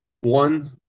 one